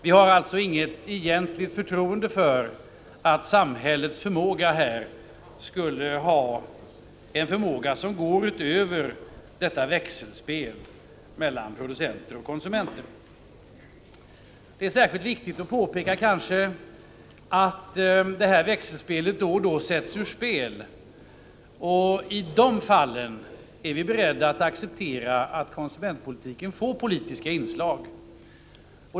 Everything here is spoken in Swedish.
Vi har alltså inget egentligt förtroende för att samhället här skulle ha en förmåga som går utöver detta växelspel mellan producenter och konsumenter. Det är kanske särskilt viktigt att påpeka att det här växelspelet då och då sätts ur funktion, och i de fallen är vi beredda att acceptera inslag av konsumentpolitik.